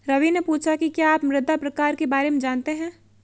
रवि ने पूछा कि क्या आप मृदा प्रकार के बारे में जानते है?